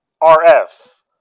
R-F